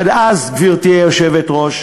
עד אז, גברתי היושבת-ראש,